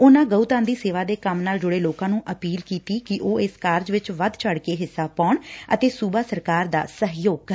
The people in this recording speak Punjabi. ਉਨਾਂ ਗਊਧਨ ਦੀ ਸੇਵਾ ਦੇ ਕੰਮ ਨਾਲ ਜੁੜੇ ਲੋਕਾਂ ਨੰ ਅਪੀਲ ਕੀਤੀ ਕਿ ਉਹ ਇਸ ਕਾਰਜ ਵਿਚ ਵੱਧ ਚੜ ਕੇ ਹਿੱਸਾ ਪਾਉਣ ਅਤੇ ਸੁਬਾ ਸਰਕਾਰ ਦਾ ਸਹਿਯੋਗ ਕਰਨ